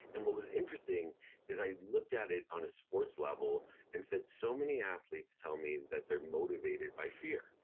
and what was interesting is i looked at it on a sports level and said, so many athletes tell me that they're motivated by fear.